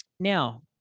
Now